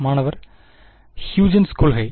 மாணவர் Huygens Huygen's கொள்கை